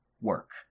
work